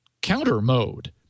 counter-mode